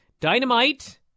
Dynamite